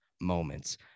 moments